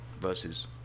versus